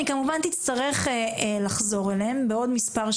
אני פשוט ישבתי והקשבתי בקשב רב לדיון